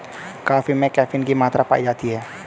coffee में caffeine की मात्रा पाई जाती है